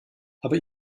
aber